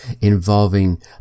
involving